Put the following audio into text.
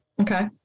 okay